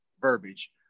verbiage